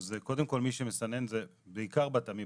אז קודם כל, מי שמסנן זה בעיקר בת עמי.